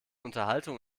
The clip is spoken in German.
unterhaltung